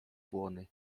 błony